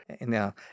Now